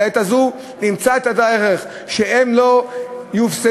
לעת הזאת נמצא את הדרך שהם לא יופסדו